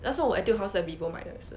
那时候我 Etude House 在 vivo 买也是